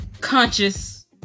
conscious